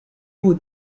بود